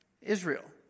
Israel